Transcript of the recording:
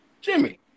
Jimmy